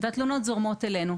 והתלונות זורמות אלינו.